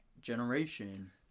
generation